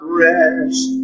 rest